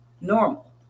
normal